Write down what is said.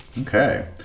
Okay